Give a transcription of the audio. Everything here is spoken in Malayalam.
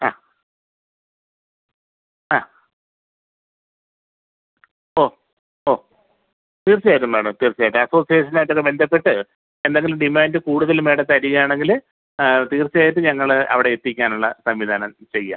ആ ആ ഓ ഓ തീർച്ചയായിട്ടും മാഡം തീർച്ചയായും അസോസിയേഷനായിട്ടത് ബന്ധപ്പെട്ട് എന്തെങ്കിലും ഡിമാൻഡ് കൂടുതൽ മാഡം തരികയാണെങ്കിൽ തീർച്ചയായിട്ട് ഞങ്ങൾ അവിടെ എത്തിക്കാനുള്ള സംവിധാനം ചെയ്യാം